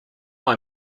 have